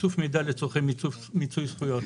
איסוף מידע לצורכי מיצוי זכויות,